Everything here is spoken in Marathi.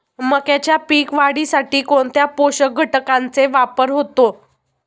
मक्याच्या पीक वाढीसाठी कोणत्या पोषक घटकांचे वापर होतो?